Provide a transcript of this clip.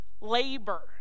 labor